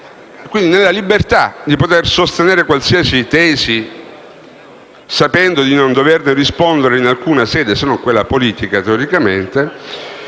quindi nella libertà di poter sostenere qualsiasi tesi e sapendo di non doverne rispondere in alcuna sede, se non, teoricamente,